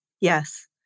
Yes